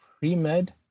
pre-med